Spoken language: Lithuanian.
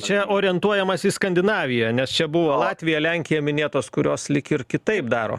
čia orientuojamasi į skandinaviją nes čia buvo latvija lenkija minėtos kurios lyg ir kitaip daro